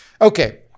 Okay